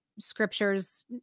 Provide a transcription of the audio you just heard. scriptures